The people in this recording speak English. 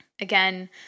again